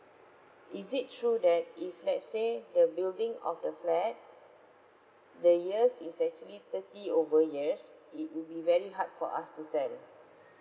is it true that if let's say the building of the flat the years is actually thirty over years it will be very hard for us to sell